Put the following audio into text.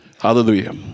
Hallelujah